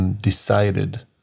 decided